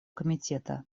комитета